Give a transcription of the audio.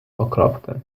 okropny